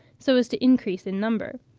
so as to increase in number,